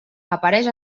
apareix